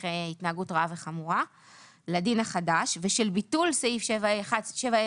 ו-20א לדין החדש, ושל ביטול סעיף 7ה1,